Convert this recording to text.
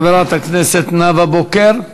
חברת הכנסת נאוה בוקר.